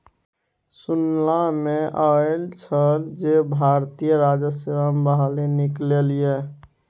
सुनला मे आयल छल जे भारतीय राजस्व सेवा मे बहाली निकललै ये